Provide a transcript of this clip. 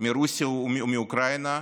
מרוסיה ומאוקראינה.